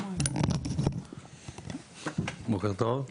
בוקר טוב.